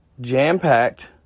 jam-packed